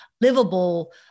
livable